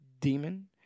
demon